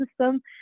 system